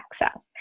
access